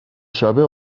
شبه